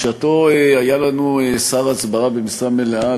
בשעתו היה לנו שר הסברה במשרה מלאה,